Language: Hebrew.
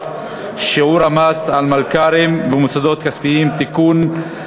(שיעור המס על מלכ"רים ומוסדות כספיים) (תיקון),